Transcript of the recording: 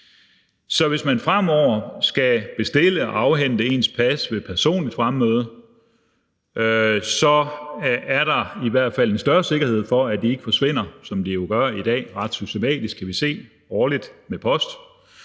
Så hvis man fremover skal bestille og afhente sit pas ved personligt fremmøde, er der i hvert fald en større sikkerhed for, at de ikke forsvinder, som de jo gør i dag ret systematisk, kan vi se årligt, når